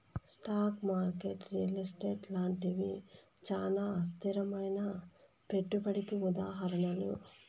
stock market real estate లాంటివి చానా అస్థిరమైనా పెట్టుబడికి ఉదాహరణలు